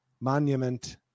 monument